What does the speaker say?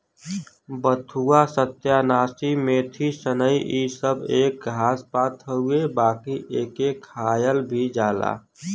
बथुआ, सत्यानाशी, मेथी, सनइ इ सब एक घास पात हउवे बाकि एके खायल भी जाला